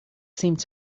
seemed